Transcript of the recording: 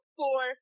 four